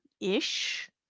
ish